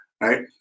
right